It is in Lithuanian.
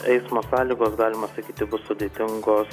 eismo sąlygos galima sakyti bus sudėtingos